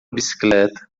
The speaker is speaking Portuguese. bicicleta